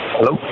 Hello